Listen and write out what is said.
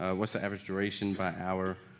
ah what's the average duration by hour,